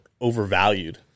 overvalued